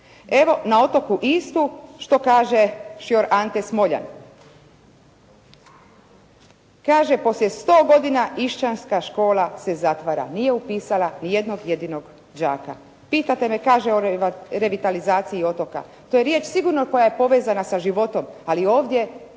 Evo na otoku Istu što kaže šjor Ante Smoljan. Kaže: «Poslije 100 godina išćanska škola se zatvara. Nije upisala ni jednog jedinog đaka. Pitate me» kaže «o revitalizaciji otoka». To je riječ sigurno koja je povezana sa životom, ali ovdje